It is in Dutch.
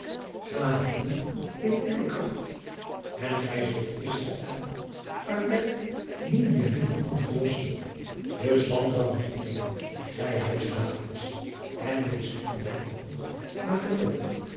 ga henen in uwe kracht en gij zult israël uit der midianiten hand verlossen dus wantrouw niet meer gij huize davids en wees niet ongeloovig maar geloovig